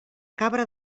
cabra